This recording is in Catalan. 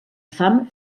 fam